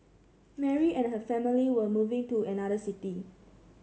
Mary and her family were moving to another city